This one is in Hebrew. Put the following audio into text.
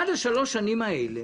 עד השלוש שנים האלה